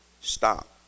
stop